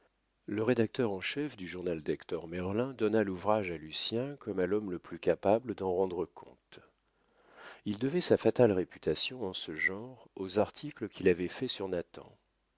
le rédacteur en chef du journal d'hector merlin donna l'ouvrage à lucien comme à l'homme le plus capable d'en rendre compte il devait sa fatale réputation en ce genre aux articles qu'il avait faits sur